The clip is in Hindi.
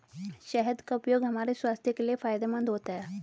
शहद का उपयोग हमारे स्वास्थ्य के लिए फायदेमंद होता है